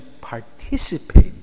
participate